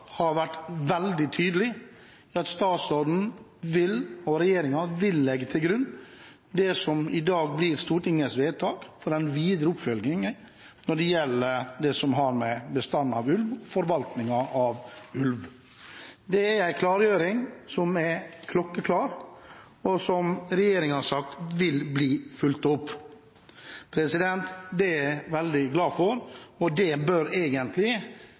har vært veldig tydelig på at statsråden og regjeringen vil legge til grunn det som i dag blir Stortingets vedtak for den videre oppfølgingen av det som har med både bestanden og forvaltningen av ulv å gjøre. Det er en klokkeklar klargjøring som regjeringen har sagt vil bli fulgt opp. Det er jeg veldig glad for, og det bør egentlig